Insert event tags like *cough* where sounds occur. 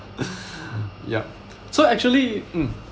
*laughs* *breath* yup so actually mm